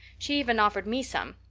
she even offered me some,